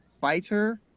fighter